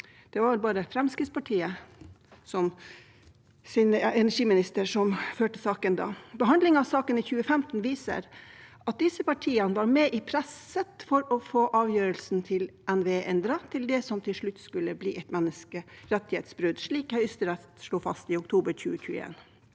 Det var bare Fremskrittspartiet sin energiminister som førte saken da. Behandlingen av saken i 2015 viser at disse partiene var med i presset for å få avgjørelsen til NVE endret til det som til slutt skulle bli et menneskerettighetsbrudd, slik Høyesterett slo fast i oktober 2021.